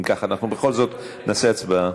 אם כך, אנחנו בכל זאת נעשה הצבעה.